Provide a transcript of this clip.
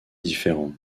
différents